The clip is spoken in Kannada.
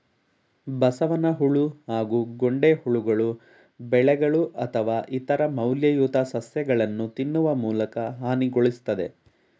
ಬಸವನಹುಳು ಹಾಗೂ ಗೊಂಡೆಹುಳುಗಳು ಬೆಳೆಗಳು ಅಥವಾ ಇತರ ಮೌಲ್ಯಯುತ ಸಸ್ಯಗಳನ್ನು ತಿನ್ನುವ ಮೂಲಕ ಹಾನಿಗೊಳಿಸ್ತದೆ